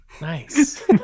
Nice